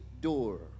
door